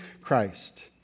Christ